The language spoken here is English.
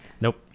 Nope